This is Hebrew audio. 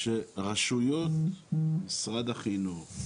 שרשויות משרד החינוך,